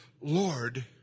Lord